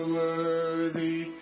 worthy